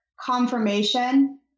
confirmation